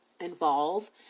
involve